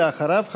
ואחריו,